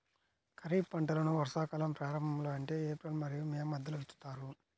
ఖరీఫ్ పంటలను వర్షాకాలం ప్రారంభంలో అంటే ఏప్రిల్ మరియు మే మధ్యలో విత్తుతారు